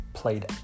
played